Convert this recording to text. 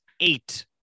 eight